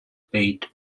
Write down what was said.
paid